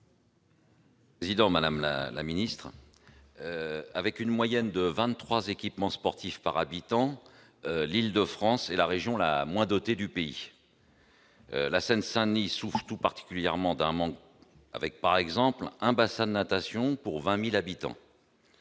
monsieur Savoldelli. Président Madame la la ministre avec une moyenne de 23 équipements sportifs par habitant l'Île-de-France est la région la moins dotée du pays, la Seine-Saint-Denis souffrent tout particulièrement d'un manque avec par exemple un bassin de natation pour 20000 habitants,